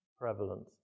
prevalent